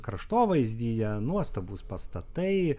kraštovaizdyje nuostabūs pastatai